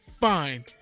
fine